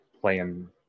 playing